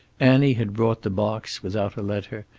annie had brought the box, without a letter,